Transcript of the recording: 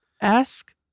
Ask